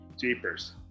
Jeepers